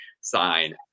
sign